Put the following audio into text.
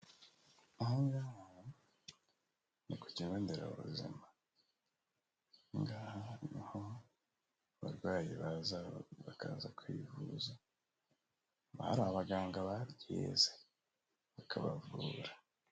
Aha ngaha ni ku kigonderabuzima, aha ngaha niho abarwayi bakaza kwivuza, haba hari abaganga babyize bakabavura.